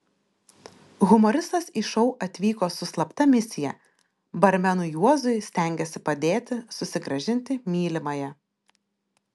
humoristas į šou atvyko su slapta misija barmenui juozui stengėsi padėti susigrąžinti mylimąją